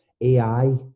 AI